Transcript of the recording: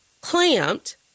clamped